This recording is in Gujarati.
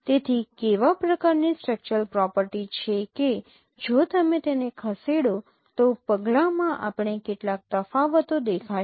તેથી કેવા પ્રકારની સ્ટ્રક્ચરલ પ્રોપર્ટી છે કે જો તમે તેને ખસેડો તો પગલાંમાં આપણે કેટલાક તફાવતો દેખાશે